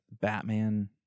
Batman